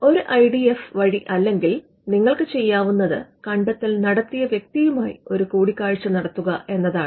ഒരു I D F വഴിയല്ലെങ്കിൽ നിങ്ങൾക്ക് ചെയ്യാവുന്നത് കണ്ടെത്തൽ നടത്തിയ വ്യക്തിയുമായി ഒരു കൂടിക്കാഴ്ച നടത്തുക എന്നതാണ്